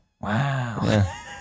Wow